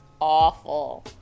awful